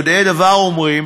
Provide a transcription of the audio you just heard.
יודעי דבר אומרים